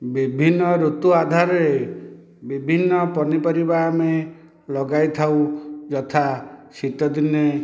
ବିଭିନ୍ନ ଋତୁ ଆଧାରରେ ବିଭିନ୍ନ ପନିପରିବା ଆମେ ଲଗାଇଥାଉ ଯଥା ଶୀତ ଦିନେ